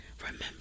Remember